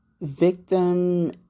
victim